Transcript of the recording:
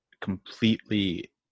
completely